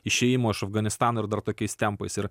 išėjimo iš afganistano ir dar tokiais tempais ir